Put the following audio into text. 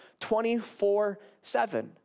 24-7